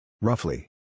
Roughly